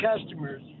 customers